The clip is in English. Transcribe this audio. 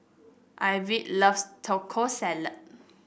Ivette loves Taco Salad